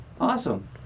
awesome